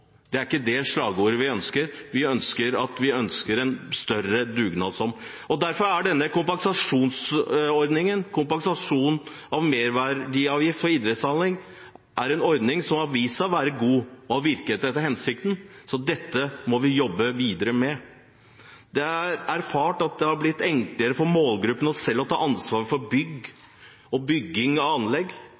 det er ikke det slagordet vi ønsker. Vi ønsker en større dugnadsånd. Derfor er denne merverdikompensasjonsordningen for idrettsanlegg en ordning som har vist seg å være god og virke etter hensikten, så dette må vi jobbe videre med. Det er erfart at det er blitt enklere for målgruppen selv å ta ansvar for bygging av anlegg, noe vi ser av den voldsomme økningen i søknadsberettigede anlegg